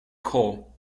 call